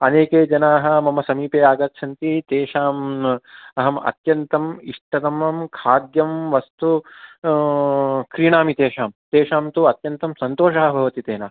अनेके जनाः मम समीपे आगच्छन्ति तेषाम् अहम् अत्यन्तम् इष्टतमं खाद्यं वस्तु क्रीणामि तेषां तेषां तु अत्यन्तं सन्तोषः भवति तेन